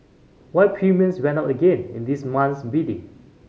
why premiums went up again in this month's bidding